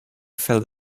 fell